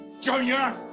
Junior